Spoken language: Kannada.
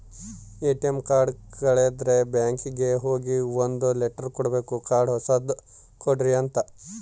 ಎ.ಟಿ.ಎಮ್ ಕಾರ್ಡ್ ಕಳುದ್ರೆ ಬ್ಯಾಂಕಿಗೆ ಹೋಗಿ ಒಂದ್ ಲೆಟರ್ ಕೊಡ್ಬೇಕು ಕಾರ್ಡ್ ಹೊಸದ ಕೊಡ್ರಿ ಅಂತ